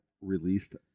released